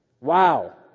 Wow